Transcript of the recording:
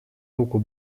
руку